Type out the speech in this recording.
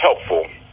helpful